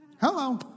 Hello